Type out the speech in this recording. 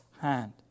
hand